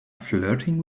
flirting